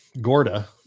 Gorda